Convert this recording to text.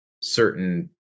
certain